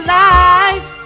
life